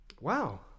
Wow